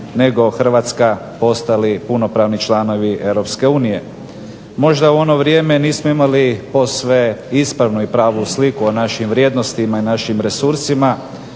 nego Hrvatska postali punopravni članovi Europske unije. Možda u ono vrijeme nismo imali posve ispravno i pravu sliku o našim vrijednostima i našim resursima